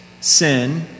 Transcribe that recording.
sin